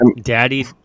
Daddy